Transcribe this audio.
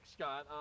Scott